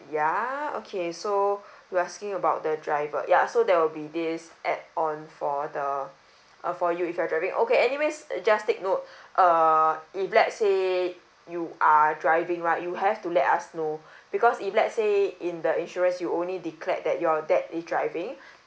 ya okay so we'll asking you about the driver ya so there will be this add on for the uh for you if you are driving okay anyways uh just take note err if let say you are driving right you have to let us know because if let's say in the insurance you only declared that your dad is driving